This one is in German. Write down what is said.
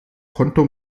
konto